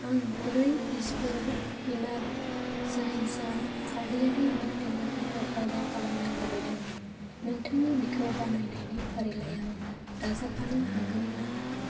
आं ब्रै पिसफोर एनार्जायजार खारदैयारि बेक्टेरियाफोरखौ अर्दार खालामनो लुबैदों नोंथाङा बेखौ बायनायनि फारिलाइयाव दाजाबफानो हागोन नामा